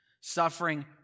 Suffering